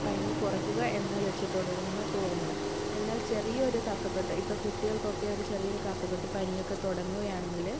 പനി കുറയ്ക്കുക എന്ന ലക്ഷ്യത്തോടുകൂടിയാണ് നമ്മൾ പോകുന്നത് എന്നാൽ ചെറിയൊരു കഫകെട്ടോ ഇപ്പോൾ കുട്ടികൾക്കൊക്കെ ഒരു ചെറിയൊരു കഫകെട്ട് പനിയൊക്കെ തുടങ്ങുകയാണെങ്കിൽ